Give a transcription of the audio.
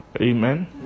Amen